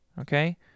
okay